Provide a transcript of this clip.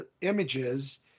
images